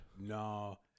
No